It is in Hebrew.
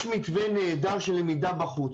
יש מתווה נהדר של למידה בחוץ,